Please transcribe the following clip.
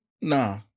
Nah